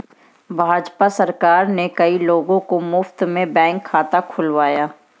भाजपा सरकार ने कई लोगों का मुफ्त में बैंक खाता खुलवाया